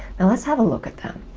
and let's have a look at them.